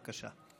בבקשה.